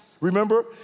Remember